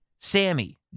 Sammy